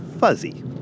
fuzzy